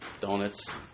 donuts